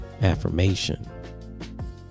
affirmation